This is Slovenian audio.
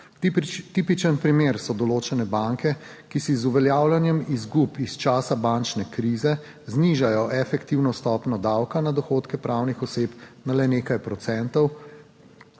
Tipičen primer so določene banke, ki si z uveljavljanjem izgub iz časa bančne krize znižajo efektivno stopnjo davka na dohodke pravnih oseb na le nekaj procentov